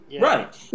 Right